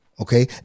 Okay